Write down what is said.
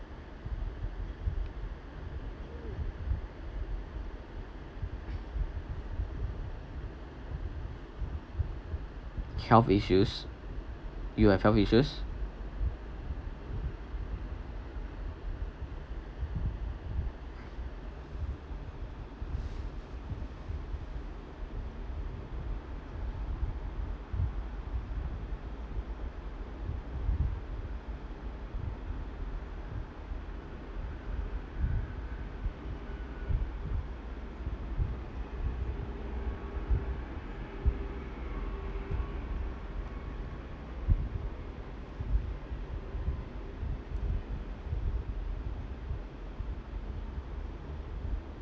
health issues you have health issues